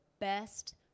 best